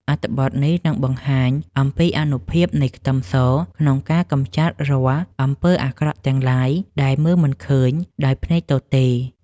អត្ថបទនេះនឹងបង្ហាញអំពីអានុភាពនៃខ្ទឹមសក្នុងការកម្ចាត់រាល់អំពើអាក្រក់ទាំងឡាយដែលមើលមិនឃើញដោយភ្នែកទទេ។